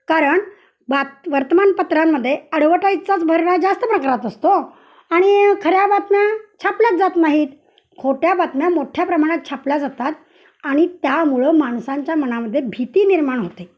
कारण बात वर्तमानपत्रांमध्ये आडवटाईजचाच भरणा जास्त प्रकारात असतो आणि खऱ्या बातम्या छापल्याच जात नाहीत खोट्या बातम्या मोठ्या प्रमाणात छापल्या जातात आणि त्यामुळं माणसांच्या मनामध्ये भीती निर्माण होते